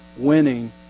Winning